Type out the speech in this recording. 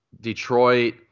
Detroit